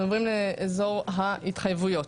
אנחנו עובדים לאזור ההתחייבויות.